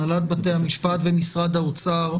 הנהלת בתי המשפט ומשרד האוצר,